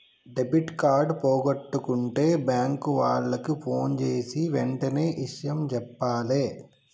debit card పోగొట్టుకుంటే bank వాళ్లకి ఫోన్జేసి వెంటనే ఇషయం జెప్పాలే